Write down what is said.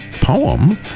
poem